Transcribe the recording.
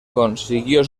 consiguió